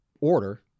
order